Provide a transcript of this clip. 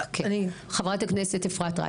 חברת הכנסת אפרת רייטן.